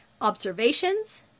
observations